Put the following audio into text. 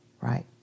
right